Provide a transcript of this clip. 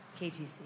KTC